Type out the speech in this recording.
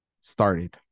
started